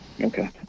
Okay